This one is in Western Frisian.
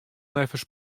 neffens